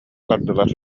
бардылар